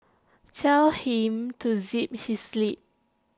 tell him to zip his lip